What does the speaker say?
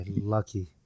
lucky